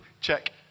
check